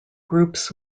groups